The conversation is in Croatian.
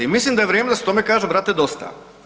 Mislim da je vrijeme da se tome kaže brate dosta.